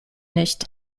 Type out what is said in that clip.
nicht